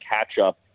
catch-up